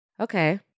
Okay